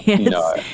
no